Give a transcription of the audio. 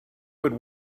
would